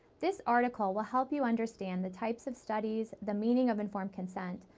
this article will help you understand the types of studies, the meaning of informed consent,